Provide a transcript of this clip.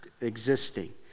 existing